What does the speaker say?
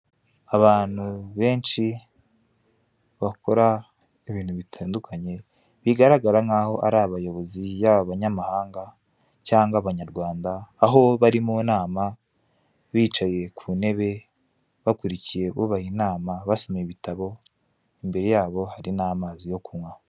Abantu benshi bakora ibintu bitandukanye bigaragara nk'aho ari abayobozi yaba abanyamahanga cyangwa abanyarwanda aho bari mu nama bicaye ku ntebe bakurikiye bubaha inama basoma ibitabo, imbere yabo hari n'amazi yo kunywa.